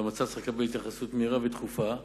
והמצב צריך לקבל התייחסות מהירה ודחופה.